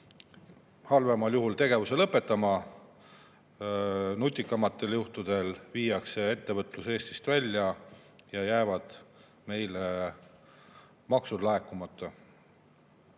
halvemal juhul tegevuse lõpetama. Nutikamatel juhtudel viiakse ettevõtlus Eestist välja ja jäävad meile maksud laekumata.